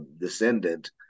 descendant